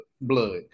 blood